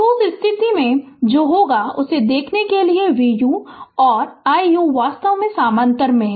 तो उस स्थिति में जो होगा उससे देखेंगे कि 5 Ù और 1 Ù वास्तव में समानांतर में हैं